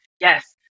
yes